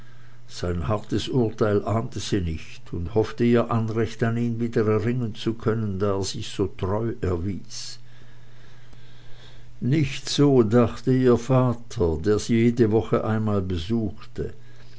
sein hartes urteil ahnte sie nicht und hoffte ihr anrecht an ihn wiedererringen zu können da er sich so treu erwies nicht so dachte ihr vater der sie jede woche einmal besuchte